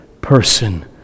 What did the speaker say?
person